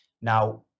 Now